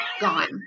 Gone